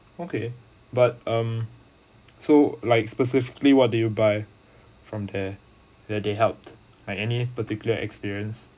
okay but um so like specifically what did you buy from there that they help like any particular experience